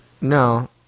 No